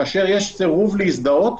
כאשר יש סירוב להזדהות,